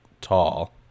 tall